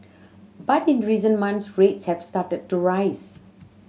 but in recent months rates have started to rise